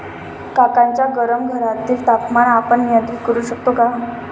काकांच्या गरम घरातील तापमान आपण नियंत्रित करु शकतो का?